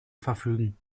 verfügen